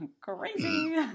crazy